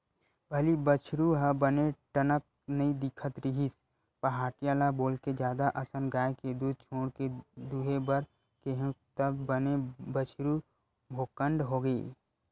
पहिली बछरु ह बने टनक नइ दिखत रिहिस पहाटिया ल बोलके जादा असन गाय के दूद छोड़ के दूहे बर केहेंव तब बने बछरु भोकंड होगे